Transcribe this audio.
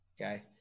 Okay